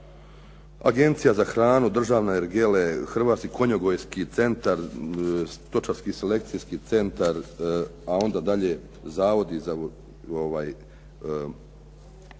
Agencija za hranu, Državne ergele, Hrvatski konjogojski centar, Stočarski selekcijski centar, a onda dalje zavodi koji